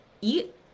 eat